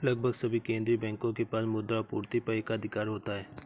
लगभग सभी केंदीय बैंकों के पास मुद्रा आपूर्ति पर एकाधिकार होता है